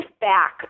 back